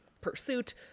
pursuit